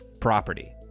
property